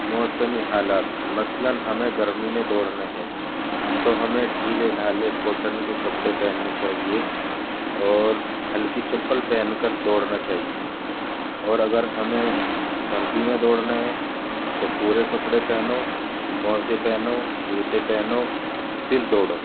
موسمی حالات مثلاً ہمیں گرمی میں دوڑنا ہے تو ہمیں ڈھیلے ڈھالے کاٹن کے کپڑے پہننے چاہیے اور ہلکی چپل پہن کر دوڑنا چاہیے اور اگر ہمیں سردی میں دوڑنا ہے تو پورے کپڑے پہنو موزے پہنو جوتے پہنو پھر دوڑو